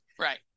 Right